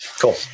Cool